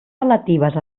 relatives